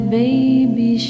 baby